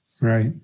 Right